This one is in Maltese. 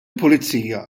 pulizija